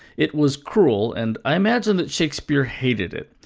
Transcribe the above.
it was cruel, and i imagine that shakespeare hated it.